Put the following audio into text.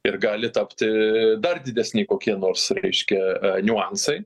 ir gali tapti dar didesni kokie nors reiškia niuansai